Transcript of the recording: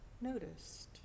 noticed